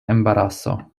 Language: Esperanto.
embaraso